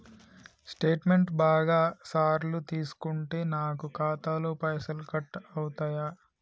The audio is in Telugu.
స్టేట్మెంటు బాగా సార్లు తీసుకుంటే నాకు ఖాతాలో పైసలు కట్ అవుతయా?